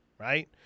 right